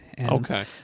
okay